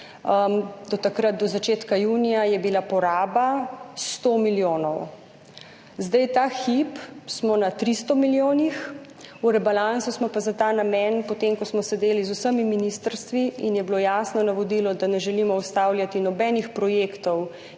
do začetka junija poraba 100 milijonov. Ta hip smo na 300 milijonih, v rebalansu smo se pa za ta namen, potem ko smo sedeli z vsemi ministrstvi in je bilo jasno navodilo, da ne želimo ustavljati nobenih projektov